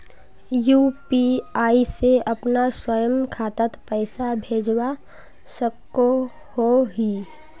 UPI से अपना स्वयं खातात पैसा भेजवा सकोहो ही?